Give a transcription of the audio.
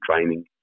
training